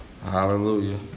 Hallelujah